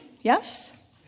Yes